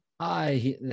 Hi